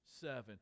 seven